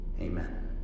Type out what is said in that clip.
Amen